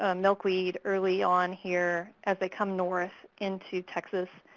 ah milkweed early on, here, as they come north into texas,